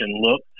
look